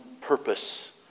purpose